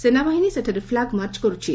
ସେନାବାହିନୀ ସେଠାରେ ପ୍ଲାଗ୍ମାର୍ଚ କରୁଛି